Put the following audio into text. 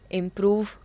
improve